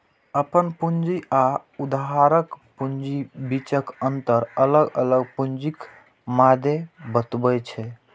अपन पूंजी आ उधारक पूंजीक बीचक अंतर अलग अलग पूंजीक मादे बतबै छै